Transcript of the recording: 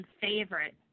favorite